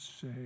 say